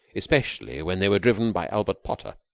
especially when they were driven by albert potter,